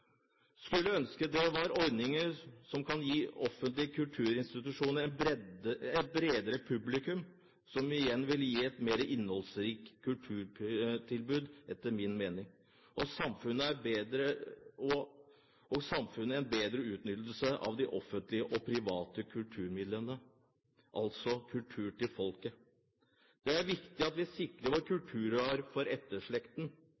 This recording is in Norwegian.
skulle ønske det var ordninger som kunne gi offentlige kulturinstitusjoner et bredere publikum, som igjen ville gi et mer innholdsrikt kulturtilbud, etter min mening, og samfunnet en bedre utnyttelse av de offentlige og private kulturmidlene, altså kultur til folket. Det er viktig at vi sikrer vår